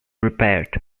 repaired